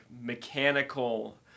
mechanical